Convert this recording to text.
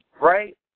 right